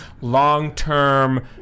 long-term